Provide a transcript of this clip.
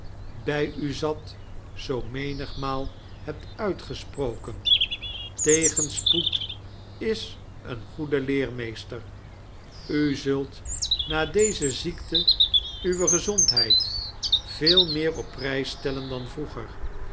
bij u zat zoo menigmaal hebt uitgesproken tegenspoed is een goede leermeesteir u zult na deze ziekte uwe gezondheid veel meer op prijs stellen dan vroeger